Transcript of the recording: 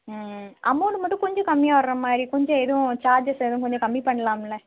ம் ம் அமௌண்ட் மட்டும் கொஞ்சம் கம்மியா வர மாதிரி கொஞ்சம் எதுவும் சார்ஜஸ் எதுவும் கொஞ்சம் கம்மி பண்ணலாம்ல